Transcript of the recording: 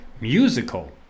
musical